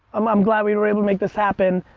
um i'm glad we were able to make this happen.